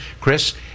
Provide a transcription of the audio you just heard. Chris